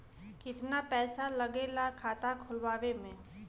कितना पैसा लागेला खाता खोलवावे में?